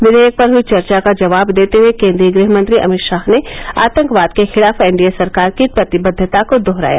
विधेयक पर हई चर्चा का जवाब देते हए केन्द्रीय गृह मंत्री अमित शाह ने आंतकवाद के खिलाफ एनडीए सरकार की प्रतिबद्वता को दोहराया